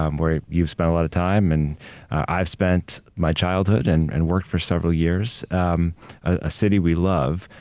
um where you've spent a lot of time and i've spent my childhood and and worked for several years um a city we love,